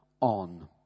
on